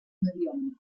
mediona